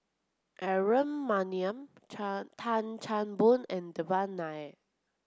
Aaron Maniam Chan Tan Chan Boon and Devan Nair